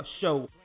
show